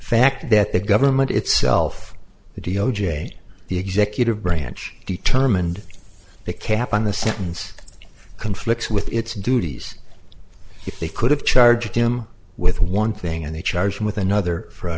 fact that the government itself the d o j the executive branch determined the cap on the sentence conflicts with its duties they could have charged him with one thing and they charge him with another for a